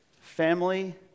Family